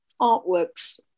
artworks